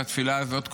בתפילה הזאת,